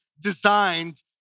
designed